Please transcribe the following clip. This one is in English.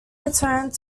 returned